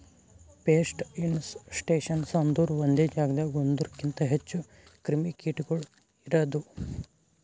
pest infestations ಅಂದುರ್ ಒಂದೆ ಜಾಗದಾಗ್ ಒಂದೂರುಕಿಂತ್ ಹೆಚ್ಚ ಕ್ರಿಮಿ ಕೀಟಗೊಳ್ ಇರದು